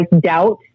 doubt